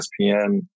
ESPN